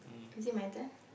is it my turn